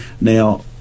Now